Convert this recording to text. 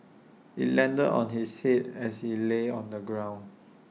IT landed on his Head as he lay on the ground